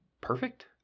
perfect